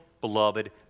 beloved